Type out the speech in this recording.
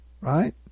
right